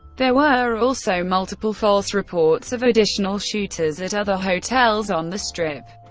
there were also multiple false reports of additional shooters at other hotels on the strip.